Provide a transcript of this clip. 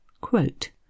Quote